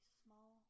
small